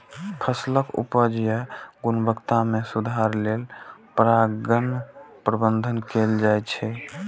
फसलक उपज या गुणवत्ता मे सुधार लेल परागण प्रबंधन कैल जाइ छै